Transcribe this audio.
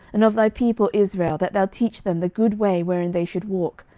and of thy people israel, that thou teach them the good way wherein they should walk,